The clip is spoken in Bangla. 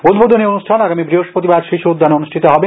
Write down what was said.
উদ্বোধনী অনুষ্ঠান আগামী বৃহস্পতিবার শিশু উদ্যানে অনুষ্ঠিত হবে